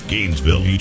Gainesville